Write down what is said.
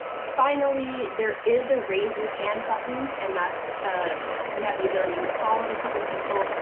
finally there is a raise your hand button and that's we have the ability to call in a couple people.